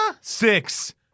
Six